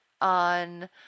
on